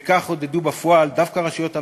וכך עודדו בפועל, דווקא רשויות המדינה,